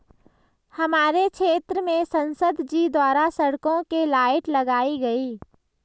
हमारे क्षेत्र में संसद जी द्वारा सड़कों के लाइट लगाई गई